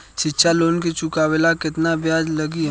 शिक्षा लोन के चुकावेला केतना ब्याज लागि हमरा?